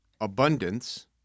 abundance